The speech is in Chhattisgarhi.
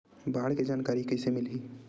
बाढ़ के जानकारी कइसे मिलही?